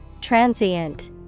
Transient